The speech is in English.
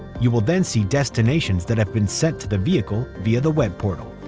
you will then see destinations that have been sent to the vehicle via the web portal.